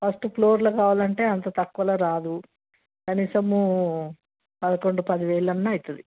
ఫస్ట్ఫ్లోర్లో కావాలంటే అంత తక్కువలో రాదు కనీసం పదకొండు పదివేలు అన్నా అవుతుంది